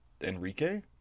Enrique